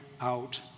out